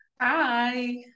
Hi